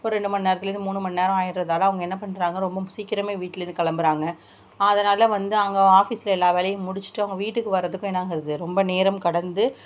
ஒரு ரெண்டு மணி நேரத்திலேருந்து மூணு மணி நேரம் ஆகிட்றதால அவங்க என்ன பண்ணுறாங்க ரொம்ப சீக்கிரமே வீட்டிலேருந்து கிளம்புறாங்க அதனால் வந்து அவங்க ஆஃபிஸ்சில் எல்லா வேலையும் முடிச்சுட்டு அவங்க வீட்டுக்கு வர்றத்துக்கும் என்னாகுது ரொம்ப நேரம் கடந்து